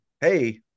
hey